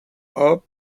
hop